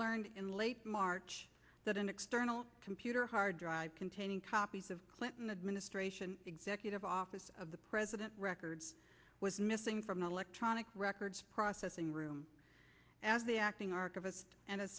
learned in late march that an external computer hard drive containing copies of clinton administration executive office of the president records was missing from the electronic records processing room as the acting ar